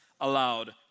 allowed